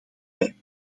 wij